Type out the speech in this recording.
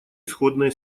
исходное